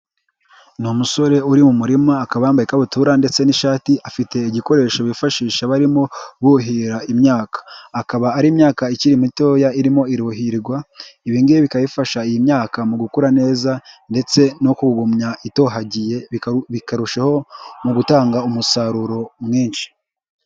Ni umusore uri mu murima akabambaka ikabutura ndetse n'ishati afite ibikoresho bifashisha barimo buhira imyaka. Akaba ari imyaka ikiri mitoya irimo iruhirwa. Ibi bigafsha iyi myaka mu gukura neza ndetse no kugumya itohagiye bikarushaho mu gutanga umusaruro mwinshi.